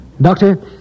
Doctor